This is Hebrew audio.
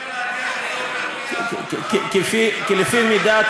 לך לא הפריע להדיח את אולמרט, כי לפי מידת,